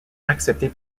acceptée